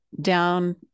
down